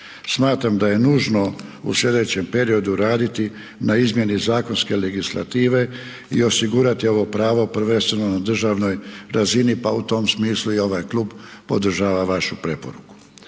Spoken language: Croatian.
Smatram da je nužno u slijedećem periodu raditi na izmjeni zakonske legislative i osigurati ovo pravo prvenstveno na državnoj razini, pa u tom smislu i ovaj klub podržava vašu preporuku.